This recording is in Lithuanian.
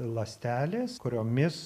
ląstelės kuriomis